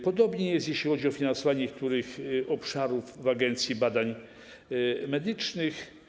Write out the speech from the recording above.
Podobnie jest, jeśli chodzi o finansowanie niektórych obszarów w Agencji Badań Medycznych.